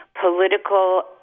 political